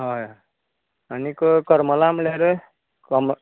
हय आनीक करमलां म्हळ्यार कम